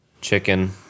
Chicken